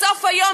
בסוף היום,